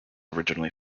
originally